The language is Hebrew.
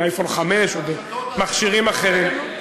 "אייפון 5" או מכשירים אחרים.